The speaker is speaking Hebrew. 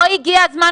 לא הגיע הזמן,